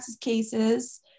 cases